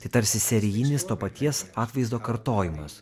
tai tarsi serijinis to paties atvaizdo kartojimas